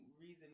reason